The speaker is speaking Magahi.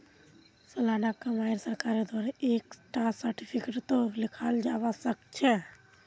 सालाना कमाईक सरकारेर द्वारा एक टा सार्टिफिकेटतों लिखाल जावा सखछे